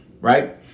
right